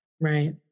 Right